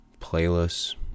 playlists